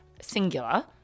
singular